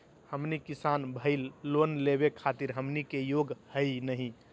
हमनी किसान भईल, लोन लेवे खातीर हमनी के योग्य हई नहीं?